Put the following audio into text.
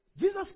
Jesus